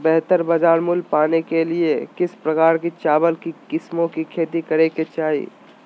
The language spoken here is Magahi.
बेहतर बाजार मूल्य पाने के लिए किस तरह की चावल की किस्मों की खेती करे के चाहि?